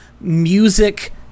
music